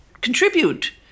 contribute